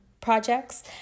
projects